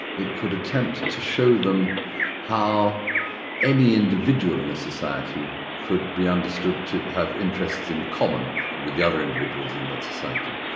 it could attempt to show them how any individual in a society could be understood to have interests in common with the other individuals in that society.